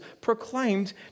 proclaimed